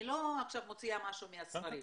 אני לא עכשיו מוציאה משהו מהספרים,